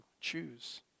choose